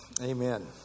Amen